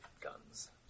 Guns